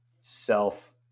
self